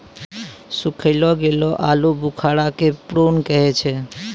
सुखैलो गेलो आलूबुखारा के प्रून कहै छै